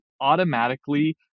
automatically